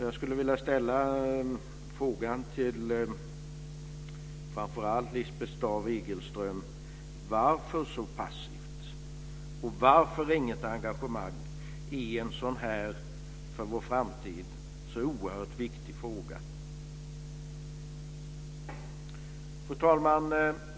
Jag skulle vilja ställa en fråga till framför allt Lisbeth Staaf-Igelström. Varför är ni så passiva, och varför finns det inget engagemang i en sådan här, för vår framtid, så oerhört viktig fråga? Fru talman!